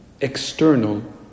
external